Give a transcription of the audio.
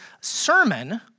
sermon